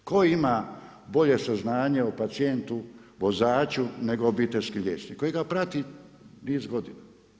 Tko ima bolje saznanje o pacijentu, vozaču nego obiteljski liječnik koji ga prati niz godina.